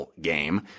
game